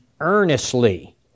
earnestly